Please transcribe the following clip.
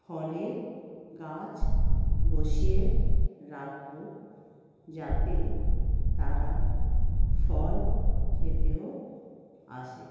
ফলের গাছ বসিয়ে রাখবো যাতে তারা ফল খেতেও আসে